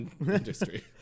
industry